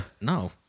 No